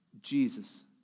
Jesus